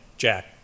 Jack